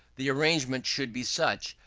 the arrangement should be such,